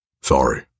Sorry